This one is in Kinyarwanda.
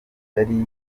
yari